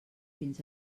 fins